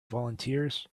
volunteers